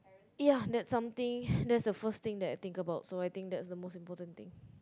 ya that's something that's the first thing that I think about so I think that's the most important thing